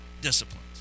disciplines